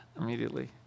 immediately